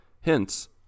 hence